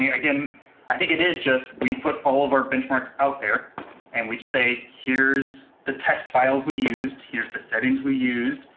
again i think it is just we put all of our benchmarks out there and we say here's the test files we used, here's the settings we used,